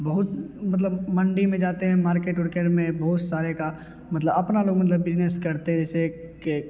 बहुत मतलब मंडी में जाते हैं मार्किट उर्केट में बहुत सारे का मतलब अपना लोग मतलब बिजनेस करते हैं जैसे के